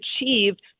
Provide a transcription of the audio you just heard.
achieved